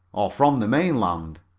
or from the mainland.